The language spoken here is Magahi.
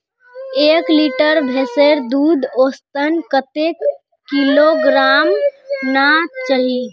एक लीटर भैंसेर दूध औसतन कतेक किलोग्होराम ना चही?